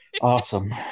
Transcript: Awesome